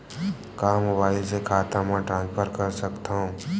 का मोबाइल से खाता म ट्रान्सफर कर सकथव?